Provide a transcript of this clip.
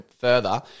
further